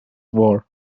war